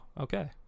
okay